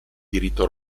diritto